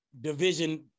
division